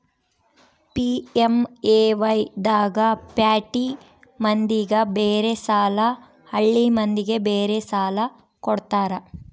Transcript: PMAY ದಾಗ ಪ್ಯಾಟಿ ಮಂದಿಗ ಬೇರೆ ಸಾಲ ಹಳ್ಳಿ ಮಂದಿಗೆ ಬೇರೆ ಸಾಲ ಕೊಡ್ತಾರ